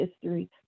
history